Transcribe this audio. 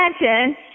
imagine